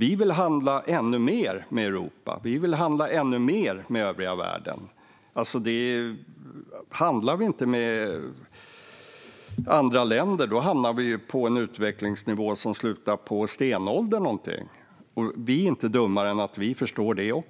Vi vill handla ännu mer med Europa. Vi vill handla ännu mer med övriga världen. Om vi inte handlar med andra länder hamnar vi ju på en utvecklingsnivå som slutar i stenåldern. Vi är inte dummare än att vi förstår det.